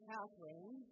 Catherine